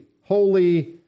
holy